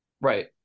right